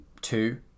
two